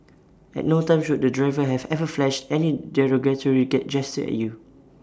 at no time should the driver have ever flashed any derogatory get gesture at you